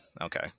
okay